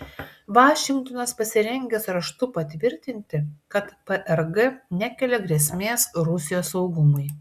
vašingtonas pasirengęs raštu patvirtinti kad prg nekelia grėsmės rusijos saugumui